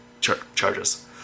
charges